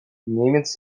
немец